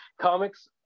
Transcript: Comics